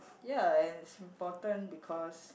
ya and it's important because